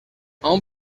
aún